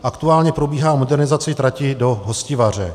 Aktuálně probíhá modernizace trati do Hostivaře.